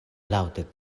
laŭte